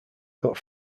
got